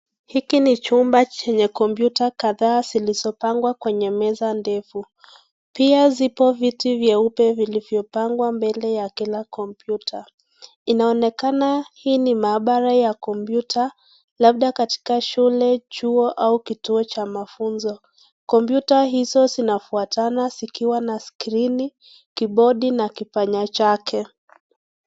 Hiki ni chumba chenye(cs) kompyuta(cs) kadhaa zilizopangwa kwenye meza ndefu. Pia zipo viti vyeupe vilivyopangwa mbele ya kila(cs) kompyuta(cs). Inaonekana hii ni maabara ya kompyuta labda katika shule, chuo, au kituo cha mafunzo. Kompyuta hizo zinafwatana zikiwa na skrini, kibodi, na kipanya chake.